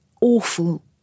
awful